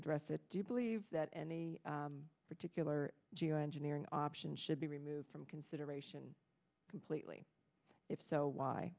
address it do you believe that any particular geoengineering option should be removed from consideration completely if so